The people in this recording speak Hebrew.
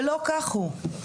ולא כך הוא.